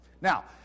Now